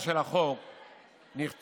נא